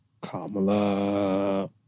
Kamala